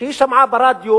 שהיא שמעה ברדיו